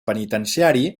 penitenciari